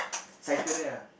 cycle there ah